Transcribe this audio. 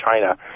china